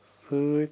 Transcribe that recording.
سۭتۍ